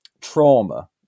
trauma